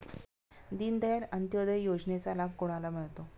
दीनदयाल अंत्योदय योजनेचा लाभ कोणाला मिळतो?